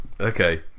Okay